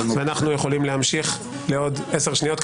ואנחנו יכולים להמשיך לעוד עשר שניות,